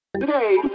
Today